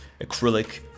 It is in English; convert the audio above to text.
acrylic